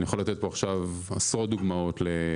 אני יכול לתת פה עכשיו עשרות דוגמאות להפרות.